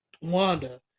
Wanda